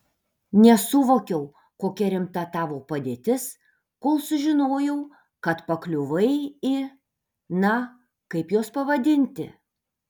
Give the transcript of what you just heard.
nesuvokiau kokia rimta tavo padėtis kol sužinojau kad pakliuvai į na kaip juos pavadinti